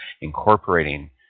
incorporating